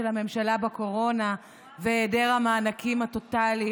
הממשלה בקורונה והיעדר המענקים הטוטלי,